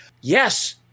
Yes